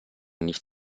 nicht